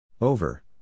over